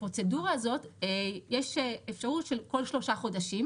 הפרוצדורה הזאת יש אפשרות של כל שלושה חודשים,